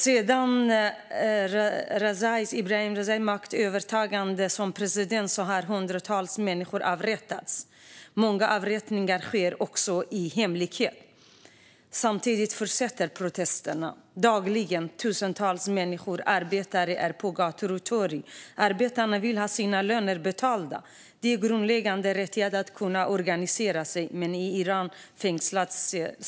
Sedan Ebrahim Raisis maktövertagande som president har hundratals människor avrättats. Många avrättningar sker i hemlighet. Samtidigt fortsätter protesterna dagligen. Tusentals människor - arbetare - är på gator och torg. Arbetarna vill ha sina löner betalda. Det är en grundläggande rättighet att kunna organisera sig, men i Iran fängslas man.